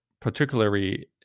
particularly